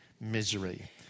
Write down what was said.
misery